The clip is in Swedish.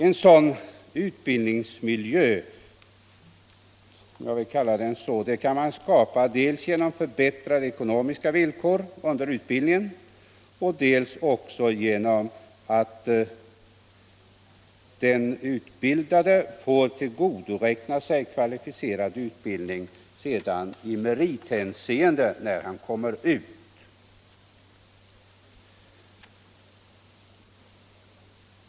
En sådan utbildningsmiljö — jag vill kalla den så — kan man skapa dels genom förbättrade ekonomiska villkor under utbildningen, dels genom att den utbildade får tillgodoräkna sig kvalificerad utbildning i merithänseende när han kommer ut i det civila livet.